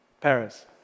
Paris